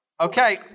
Okay